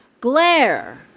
glare